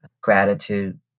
gratitude